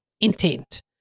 intent